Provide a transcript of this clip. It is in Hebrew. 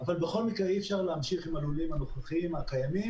אבל בכל מקרה אי אפשר להמשיך עם הלולים הנוכחיים הקיימים,